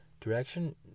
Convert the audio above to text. direction